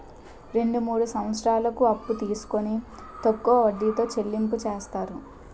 రెండు మూడు సంవత్సరాలకు అప్పు తీసుకొని తక్కువ వడ్డీతో చెల్లింపు చేస్తారు